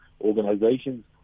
organizations